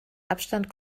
abstand